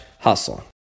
hustle